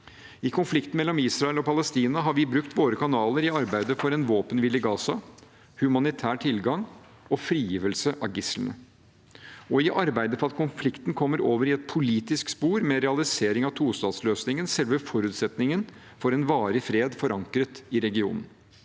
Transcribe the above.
I konflikten mellom Israel og Palestina har vi brukt våre kanaler i arbeidet for en våpenhvile i Gaza, humanitær tilgang og frigivelse av gislene, og i arbeidet for at konflikten kommer over i et politisk spor med realisering av tostatsløsningen, selve forutsetningen for en varig fred forankret i regionen.